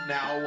Now